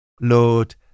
Lord